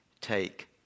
take